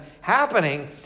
happening